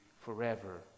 forever